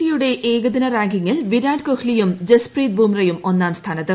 സിയുടെ ഏകദിന് കാങ്കിങ്ങിൽ വിരാട് കോഹ്ലിയും ജസ്പ്രീത് ബൂംറ ഒന്നാട് സ്ഥാനത്ത്